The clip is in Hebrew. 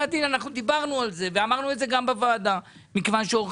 הדין -דיברנו על זה ואמרנו את זה גם בוועדה שומרים